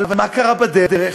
אבל מה קרה בדרך?